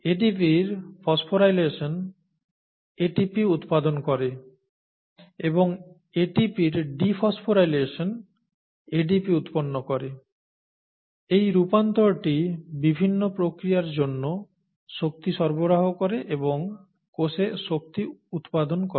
ADP র phosphorylation ATP উৎপাদন করে এবং ATP র ডিফসফোরাইলেশন ADP উৎপন্ন করে এই রূপান্তরটি বিভিন্ন প্রক্রিয়ার জন্য শক্তি সরবরাহ করে এবং কোষে শক্তি উৎপাদন করে